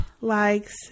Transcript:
likes